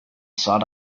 sought